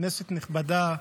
כנסת נכבדה,